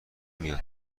میاد